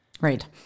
Right